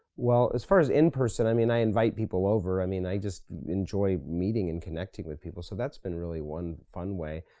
well, as far as in-person, i mean, i invite people over. i mean, i just enjoy meeting and connecting with people. so that's been really one fun way.